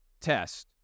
test